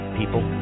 People